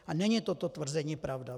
A není toto tvrzení pravda.